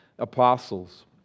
Apostles